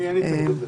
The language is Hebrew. לי אין התנגדות לזה.